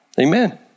Amen